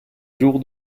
jour